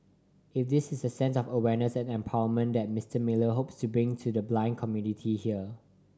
it is this sense of awareness and empowerment that Mister Miller hopes to bring to the blind community here